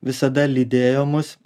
visada lydėjo mus